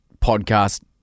podcast